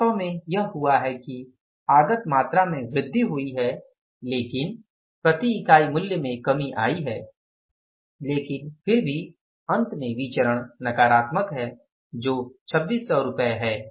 वास्तव में यह हुआ है कि आगत मात्रा में वृद्धि हुई है लेकिन प्रति इकाई मूल्य में कमी आई है लेकिन फिर भी अंत में विचरण नकारात्मक है जो 2600 रुपये है